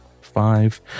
five